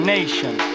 Nation